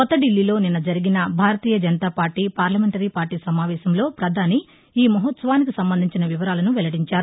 కొత్త దిల్లీలో నిన్న జరిగిన Bharatiya Janata party parliamentary party సమావేశంలో పధాని ఈ మహోత్సవానికి సంబంధించిన వివరాలను వెల్లడించారు